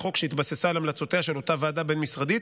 החוק שהתבססה על המלצותיה של אותה ועדה בין-משרדית,